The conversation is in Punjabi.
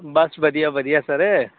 ਬਸ ਵਧੀਆ ਵਧੀਆ ਸਰ